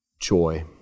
joy